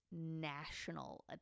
national